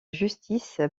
justice